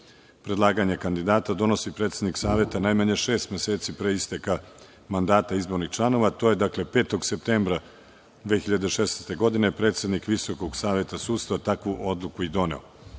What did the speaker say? predlaganje kandidata, donosi predsednik Saveta najmanje šest meseci pre istaka mandata izbornih članova, a to je dakle 5. septembra 2016. godine, predsednik Visokog saveta sudstva takvu je odluku i doneo. Čitav